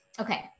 Okay